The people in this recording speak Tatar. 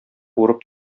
урып